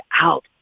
out